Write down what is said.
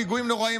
פיגועים נוראיים.